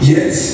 Yes